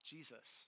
Jesus